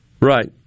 Right